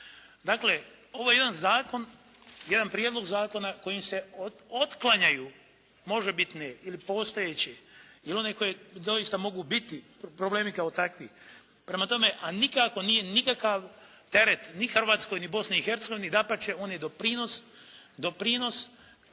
Dakle ovo je jedan zakon, jedan prijedlog zakona kojim se otklanjaju možebitni ili postojeći ili oni koji doista mogu biti problemi kao takvi. Prema tome, a nikako nije nikakav teret ni Hrvatskoj, ni Bosni i Hercegovini, dapače oni doprinos u punom